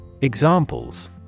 Examples